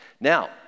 now